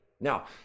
Now